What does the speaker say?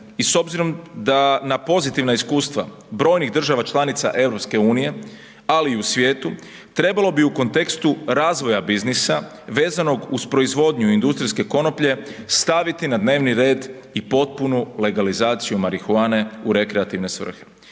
i s obzirom na pozitivna iskustva brojnih država članica EU, ali i u svijetu, trebalo bi u kontekstu razvoja biznisa vezanog uz proizvodnju industrijske konoplje staviti na dnevni red i potpunu legalizaciju marihuane u rekreativne svrhe.